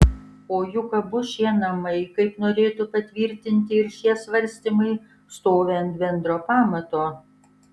o juk abu šie namai kaip norėtų patvirtinti ir šie svarstymai stovi ant bendro pamato